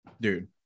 Dude